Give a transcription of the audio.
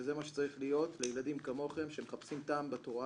שזה מה שצריך להיות לילדים כמוכם שמחפשים טעם בתורה